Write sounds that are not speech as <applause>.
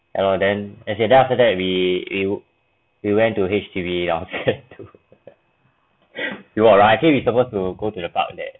ya lor then as then after that we we we went to H_D_B downstairs to <laughs> we walk around actually we supposed to go to the park that